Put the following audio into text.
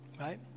right